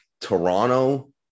Toronto